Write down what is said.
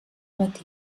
matí